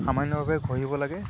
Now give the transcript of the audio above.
সামান্যভাৱে ঘঁহিব লাগে